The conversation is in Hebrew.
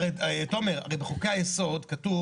תומר, הרי בחוקי היסוד כתוב